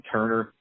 Turner